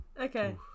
Okay